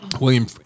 William